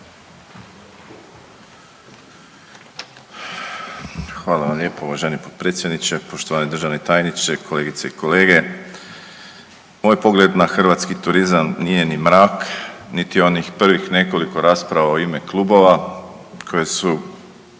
Hvala vam lijepo uvaženi potpredsjedniče, poštovani državni tajniče, kolegice i kolege, moj pogled na hrvatski turizam nije ni mrak niti onih prvih nekoliko rasprava u ime klubova koji se